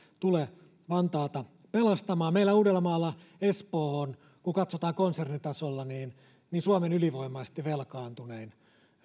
tule vantaata pelastamaan meillä uudellamaalla espoo kun katsotaan konsernitasolla on suomen ylivoimaisesti velkaantunein